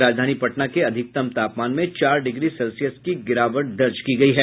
राजधानी पटना के अधिकतम तापमान में चार डिग्री सेल्सियस की गिरावट दर्ज की गयी है